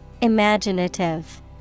Imaginative